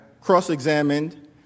cross-examined